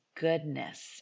goodness